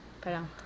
parang